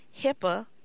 HIPAA